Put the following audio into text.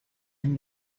and